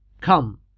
Come